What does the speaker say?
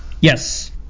Yes